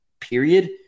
period